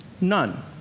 None